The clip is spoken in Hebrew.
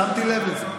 שמתי לב לזה,